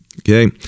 Okay